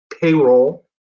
payroll